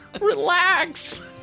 Relax